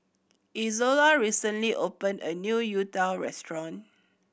Izola recently opened a new youtiao restaurant